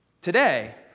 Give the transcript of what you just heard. Today